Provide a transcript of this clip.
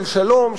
של שלום,